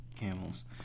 camels